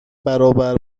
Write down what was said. برابر